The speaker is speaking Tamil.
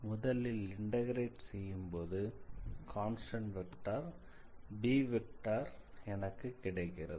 எனவே முதலில் இண்டக்ரேட் செய்யும்போது கான்ஸ்டன்ட் வெக்டார் b எனக்கு கிடைக்கிறது